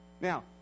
Now